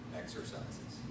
exercises